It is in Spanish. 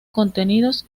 contenidos